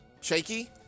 Shaky